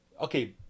okay